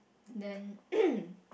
then